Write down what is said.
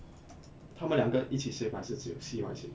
他们两个一起 save 还是只有 C_Y save